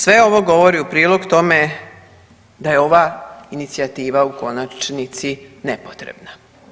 Sve ovo govori u prilog tome da je ova inicijativa u konačnici nepotrebna.